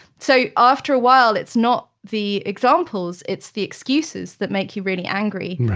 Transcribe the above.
so after awhile it's not the examples, it's the excuses that make you really angry.